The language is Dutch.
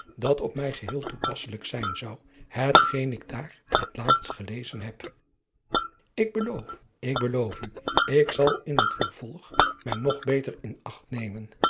dat op mij geheel toepasselijk zijn zou hetgeen ik daar het laatst gelezen heb ik beloof ik beloof u ik zal in het vervolg mij nog beter in acht nemen